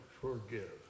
forgive